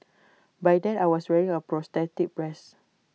by then I was wearing A prosthetic breast